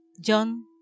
John